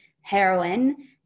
heroin